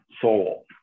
Soul